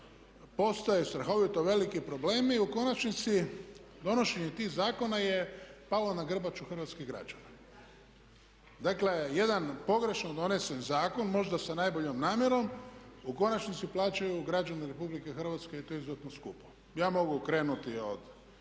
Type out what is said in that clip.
postaje strahovito veliki problemi, u konačnici donošenje tih zakona je palo na grbaču hrvatskih građana. Dakle, jedan pogrešno donesen zakon možda sa najboljom namjerom u konačnici plaćaju građani Republike Hrvatske i to izuzetno skupo. Ja mogu krenuti od